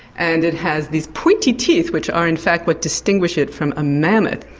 and it has these pointy teeth, which are in fact what distinguish it from a mammoth.